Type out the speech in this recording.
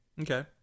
okay